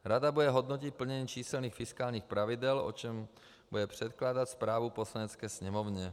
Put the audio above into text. Rada bude hodnotit plnění číselných fiskálních pravidel, o čemž bude předkládat zprávu Poslanecké sněmovně.